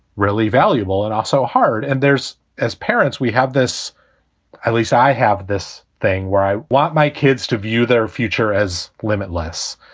really valuable and also hard. and there's as parents, we have this at least i have this thing where i want my kids to view their future as limitless.